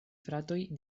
fratoj